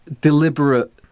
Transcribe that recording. deliberate